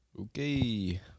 Okay